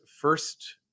first